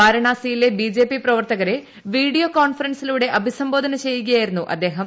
വാരണാസിയിലെ ബിജെപി പ്രവർത്തകരെ വീഡിയോ കോൺഫറൻസിലൂടെ അഭിസംബോധന ചെയ്യുകയായിരുന്നൂ അദ്ദേഹം